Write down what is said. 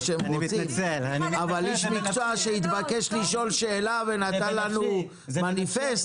שהם רוצים אבל איש מקצוע שהתבקש לשאול שאלה ונותן לנו מניפסט,